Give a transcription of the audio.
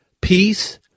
Peace